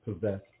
possess